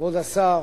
כבוד השר,